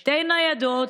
שתי ניידות,